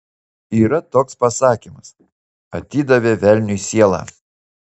yra toks pasakymas atidavė velniui sielą